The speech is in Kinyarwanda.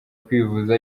kwivuza